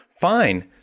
Fine